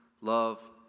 love